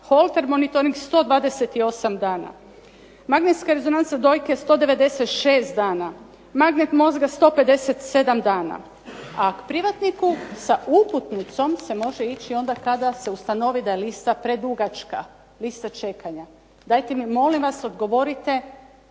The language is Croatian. holter monitoring 128 dana, magnetska rezonanca dojke 196 dana, magnet mozga 157 dana, a privatniku sa uputnicom se može ići onda kada se ustanovi da je lista predugačka, lista čekanja. Dajte mi molim vas odgovorite